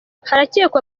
harakekwa